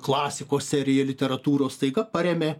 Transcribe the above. klasikos seriją literatūros staiga parėmė